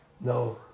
no